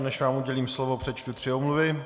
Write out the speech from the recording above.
Než vám udělím slovo, přečtu tři omluvy.